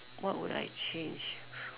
what would I change